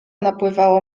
napływało